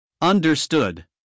Understood